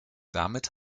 damit